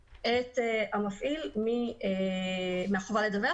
אז המנהל רשאי לפטור את המפעיל מהחובה לדווח.